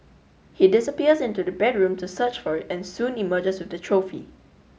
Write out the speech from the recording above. he disappears into the bedroom to search for it and soon emerges with the trophy